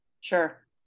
Sure